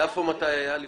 גם